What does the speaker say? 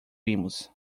vimos